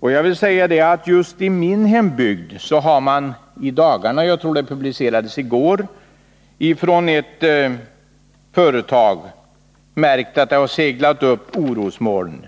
Jag vill säga att ett företag i min hembygd i dagarna — jag tror att den nyheten publicerades just i går — märkt att det seglat upp orosmoln.